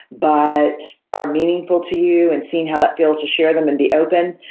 but are meaningful to you and seeing how that feels to share them and be open.